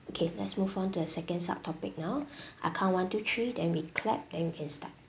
okay let's move on to the second sub topic now I count one two three then we clap and we can start